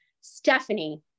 Stephanie